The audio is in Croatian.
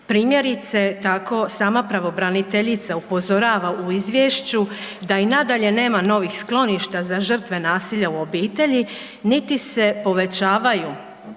Primjerice tako sama pravobraniteljica upozorava u izvješću da i nadalje nema novih skloništa za žrtve nasilja u obitelji niti se povećavaju